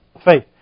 Faith